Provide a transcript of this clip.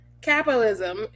Capitalism